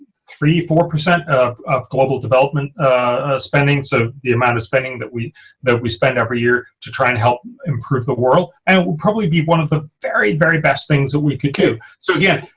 three four percent of of global development spending so the amount of spending that we that we spend every year to try and help improve the world and it will probably be one of the very very best things that we could do. so again,